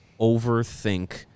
overthink